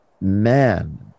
man